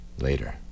Later